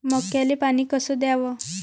मक्याले पानी कस द्याव?